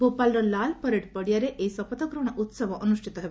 ଭୋପାଳର Lal parade ପଡ଼ିଆରେ ଏହି ଶପଥ ଗ୍ରହଣ ଉତ୍ସବ ଅନୁଷ୍ଠିତ ହେବ